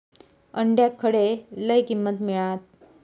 अंड्याक खडे लय किंमत मिळात?